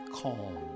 calm